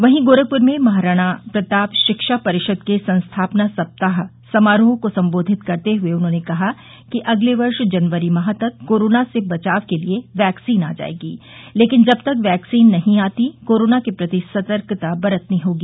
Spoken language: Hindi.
वहीं गोरखपुर में महाराणा प्रताप शिक्षा परिषद के संस्थापना सप्ताह समारोह को संबोधित करते हुए उन्होंने कहा कि अगले वर्ष जनवरी माह तक कोरोना से बचाव के लिये वैक्सीन आ जायेगी लेकिन जब तक वैक्सीन नहीं आ जाती कोरोना के प्रति सतर्कता बरतनी होगी